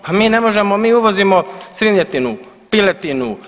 Pa mi ne možemo, mi uvozimo svinjetinu, piletinu.